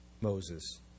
Moses